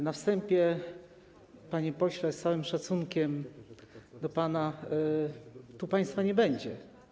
Na wstępie, panie pośle, z całym szacunkiem do pana, tu państwa nie będzie.